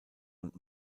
und